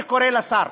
אני קורא לשר